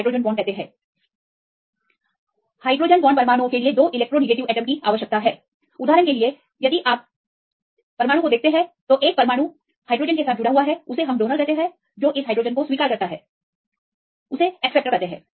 hydrogen bond परमाणु के लिए इलेक्ट्रोनिगेटिव परमाणु के साथ और एक अन्य इलेक्ट्रोनगेटिव एटम के साथ उदाहरण के लिए यदि आप परमाणु को देखते हैं जो हाइड्रोजन के साथ जुड़ा हुआ है तो इसे डोनर कहा जाता है और जो इस हाइड्रोजन को स्वीकार करता है उसे एक्सेप्टर कहते है